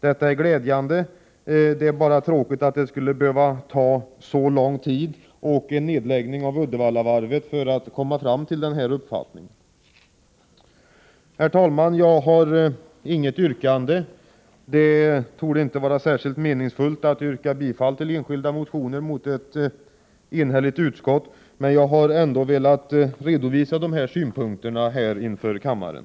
Detta är glädjande — det är bara tråkigt att det skulle behövas så lång tid och en nedläggning av Uddevallavarvet för att komma fram till den uppfattningen. Herr talman! Jag har inget yrkande. Det torde inte vara särskilt meningsfullt att yrka bifall till enskilda motioner mot ett enhälligt utskott. Men jag har ändå velat redovisa dessa synpunkter inför kammaren.